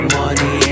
money